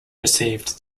received